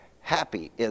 happy